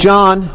John